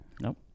Nope